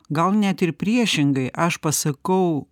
gal net ir priešingai aš pasakau